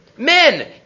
Men